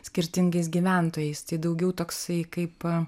skirtingais gyventojais daugiau toksai kaip